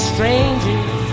Strangers